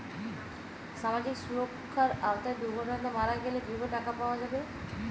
সামাজিক সুরক্ষার আওতায় দুর্ঘটনাতে মারা গেলে কিভাবে টাকা পাওয়া যাবে?